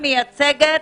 שהר"י מייצגת